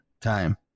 time